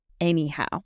anyhow